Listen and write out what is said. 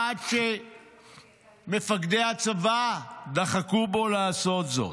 עד שמפקדי הצבא דחקו בו לעשות זאת,